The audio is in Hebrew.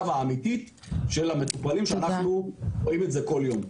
והאמתית של המטופלים שאנחנו רואים כל יום.